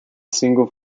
single